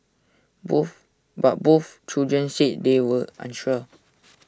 both but both children said they were unsure